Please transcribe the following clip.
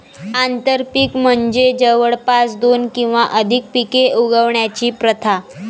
आंतरपीक म्हणजे जवळपास दोन किंवा अधिक पिके उगवण्याची प्रथा